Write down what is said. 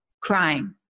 crying